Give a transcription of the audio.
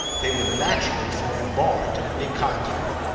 they would naturally form a bar to any contact.